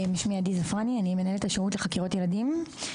שמי עדי זפרני, אני מנהלת השירות לחקירות ילדים.